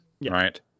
right